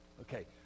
Okay